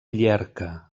llierca